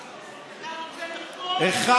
אתה רוצה, אחד